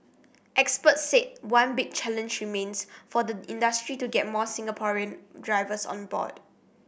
experts said one big challenge remains for the industry to get more Singaporean drivers on board